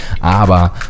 aber